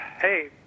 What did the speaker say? hey